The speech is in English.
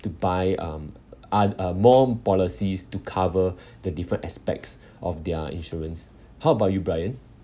to buy um uh uh more policies to cover the different aspects of their insurance how about you brian